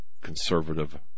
conservative